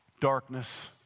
darkness